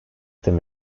them